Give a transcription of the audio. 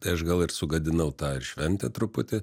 tai aš gal ir sugadinau tą ir šventę truputį